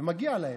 ומגיע להם.